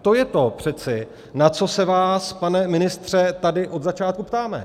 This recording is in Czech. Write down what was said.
To je přece to, na co se vás, pane ministře, tady od začátku ptáme.